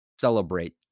celebrate